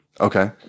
Okay